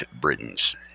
Britons